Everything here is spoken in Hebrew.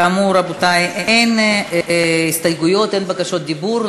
כאמור, רבותי, אין הסתייגויות, אין בקשות דיבור.